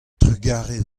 trugarez